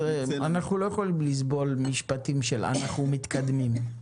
אנחנו לא יכולים לסבול משפטים של "אנחנו מתקדמים".